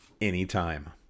anytime